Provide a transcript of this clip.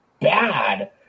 bad